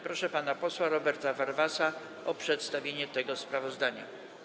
Proszę pana posła Roberta Warwasa o przedstawienie tego sprawozdania.